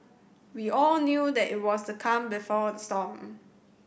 we all knew that it was the calm before the storm